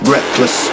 Reckless